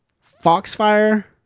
Foxfire